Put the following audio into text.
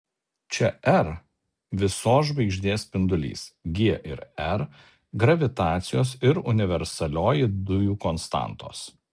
čia r visos žvaigždės spindulys g ir r gravitacijos ir universalioji dujų konstantos